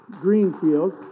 Greenfield